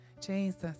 Jesus